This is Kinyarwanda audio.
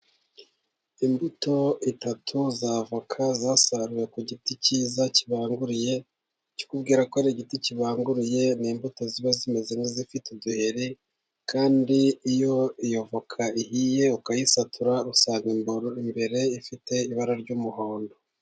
Imbuto eshatu za avoka zasaruwe ku giti cyiza, kibanguriye, Ikikubwira ko ari igiti kibanguriye, ni imbuto ziba zimeze nk'izifite uduheri, kandi iyo avoka ihiye, ukayisatura, usanga imbere, imbere ifite ibara ry'umuhondo.